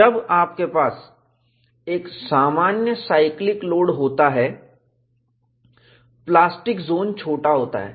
जब आपके पास एक सामान्य साइक्लिक लोड होता है प्लास्टिक जोन छोटा होता है